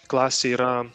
klasėj yra